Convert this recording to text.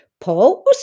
Paul